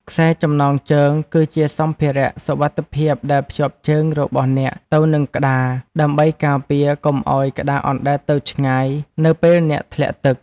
ខ្សែចំណងជើង គឺជាសម្ភារៈសុវត្ថិភាពដែលភ្ជាប់ជើងរបស់អ្នកទៅនឹងក្តារ ដើម្បីការពារកុំឱ្យក្តារអណ្ដែតទៅឆ្ងាយនៅពេលអ្នកធ្លាក់ទឹក។